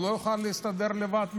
הוא לא יוכל להסתדר לבד לעולם.